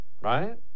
Right